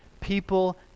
People